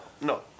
no